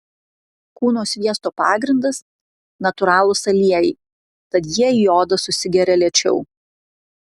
kūno sviesto pagrindas natūralūs aliejai tad jie į odą susigeria lėčiau